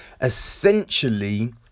essentially